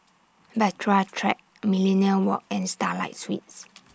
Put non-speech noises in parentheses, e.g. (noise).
Bahtera Track Millenia Walk and Starlight Suites (noise)